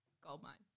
Goldmine